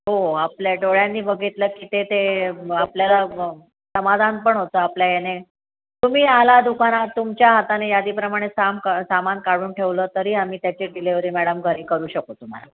हो आपल्या डोळ्यांनी बघितलं की ते ते आपल्याला समाधान पण होतं आपल्या याने तुम्ही आला दुकानात तुमच्या हाताने यादीप्रमाणे साम सामान काढून ठेवलं तरी आम्ही त्याची डिलेवरी मॅडम घरी करू शकतो तुम्हाला